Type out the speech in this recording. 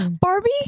Barbie